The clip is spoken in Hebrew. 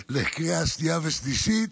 לקריאה שנייה ושלישית.